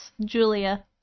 Julia